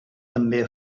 també